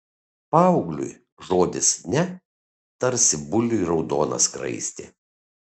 paaugliui žodis ne tarsi buliui raudona skraistė